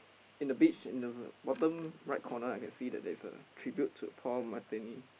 in the beach in the bottom right corner I can see that there's a tribute to Paul-Mattony